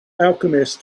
alchemist